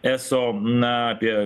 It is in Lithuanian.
eso na apie